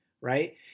right